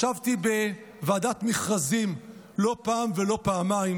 ישבתי בוועדת מכרזים לא פעם ולא פעמיים